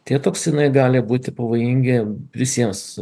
tie toksinai gali būti pavojingi visiems